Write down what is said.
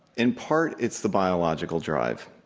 in part it's the biological drive.